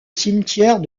cimetière